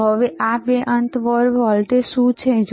તો હવે આ બે અંત પર વોલ્ટેજ શું છે